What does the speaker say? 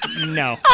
No